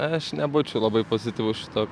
aš nebūčiau labai pozityvus šituo